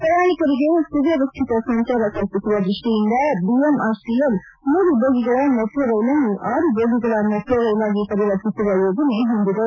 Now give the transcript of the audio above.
ಪ್ರಯಾಣಿಕರಿಗೆ ಸುವ್ಯಸ್ಥಿತ ಸಂಚಾರ ಕಲ್ಪಿಸುವ ದೃಷ್ಠಿಯಿಂದ ಬಿಎಂಆರ್ಸಿಎಲ್ ಮೂರು ಬೋಗಿಗಳ ಮೆಟ್ರೋ ರೈಲನ್ನು ಆರು ಬೋಗಿಗಳ ಮೆಟ್ರೋ ರೈಲಾಗಿ ಪರಿವರ್ತಿಸುವ ಯೋಜನೆ ಹೊಂದಿದೆ